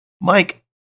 Mike